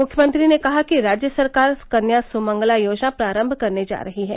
मुख्यमंत्री ने कहा कि राज्य सरकार कन्या सुमंगला योजना प्रारंभ करने जा रही है